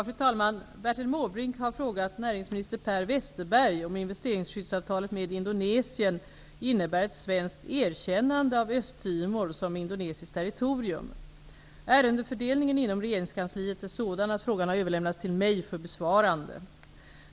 Fru talman! Bertil Måbrink har frågat näringsminister Per Westerberg om investeringsskyddsavtalet med Indonesien innebär ett svenskt erkännande av Östtimor som indonesiskt territorium. Ärendefördelningen inom regeringskansliet är sådan att frågan har överlämnats till mig för besvarande.